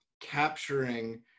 capturing